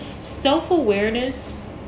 Self-awareness